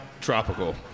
tropical